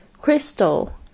crystal